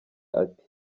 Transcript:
ati